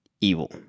evil